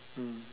mm